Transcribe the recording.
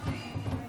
אדוני,